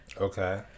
Okay